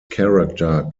character